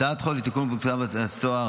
הצעת החוק לתיקון פקודת בתי הסוהר,